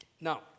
Now